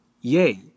yay